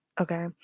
Okay